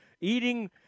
eating